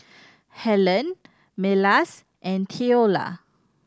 Helene Milas and Theola